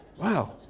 Wow